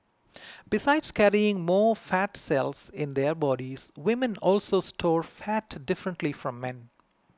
besides carrying more fat cells in their bodies women also store fat differently from men